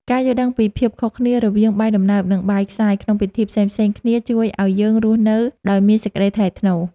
ការយល់ដឹងពីភាពខុសគ្នារវាងបាយដំណើប និងបាយខ្សាយក្នុងពិធីផ្សេងៗគ្នាជួយឱ្យយើងរស់នៅដោយមានសេចក្តីថ្លៃថ្នូរ។